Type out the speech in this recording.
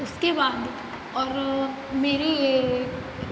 उसके बाद और मेरे ये